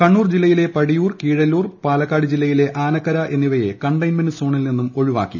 കണ്ണൂർ ജില്ലയിലെ പടിയൂർ കീഴല്ലൂർ പാലക്കാട് ജില്ലയിലെ ആനക്കര എന്നിവയെ കണ്ടൈയ്ൻമെന്റ് സോണിൽ നിന്നും ഒഴിവാക്കി